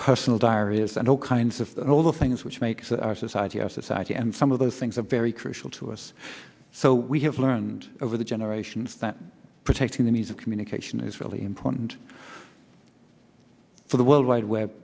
personal diaries and all kinds of things which makes our society our society and some of those things are very crucial to us so we have learned over the generations that protecting the music communication is really important for the world wide web